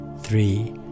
three